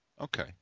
Okay